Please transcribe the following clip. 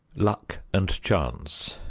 luck and chance